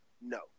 no